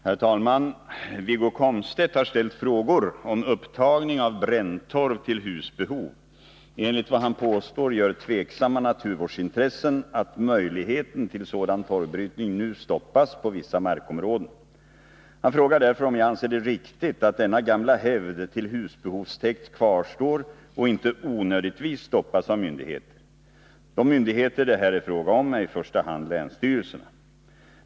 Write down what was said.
Herr talman! Wiggo Komstedt har ställt frågor om upptagning av bränntorv till husbehov. Enligt vad han påstår gör tvivelaktiga naturvårdsintressen att möjligheten till sådan torvbrytning nu stoppas på vissa markområden. Han frågar därför om jag anser det riktigt att denna gamla hävd till husbehovstäkt kvarstår och inte onödigtvis stoppas av myndigheter. De myndigheter det här är fråga om är i första hand länsstyrelserna.